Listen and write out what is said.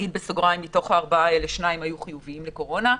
בסוגריים אני אגיד שמתוך הארבעה האלה שניים היו חיוביים לקורונה.